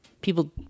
people